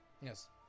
Yes